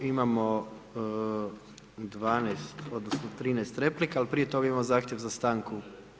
Imamo 12 odnosno 13 replika ali prije toga imamo zahtjev za stankom.